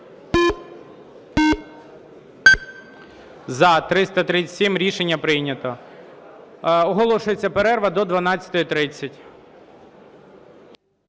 За-337 Рішення прийнято. Оголошується перерва до 12:30.